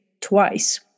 twice